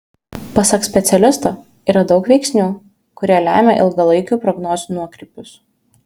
pasak specialisto yra daug veiksnių kurie lemia ilgalaikių prognozių nuokrypius